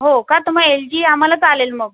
हो का तर मग एल जी आम्हाला चालेल मग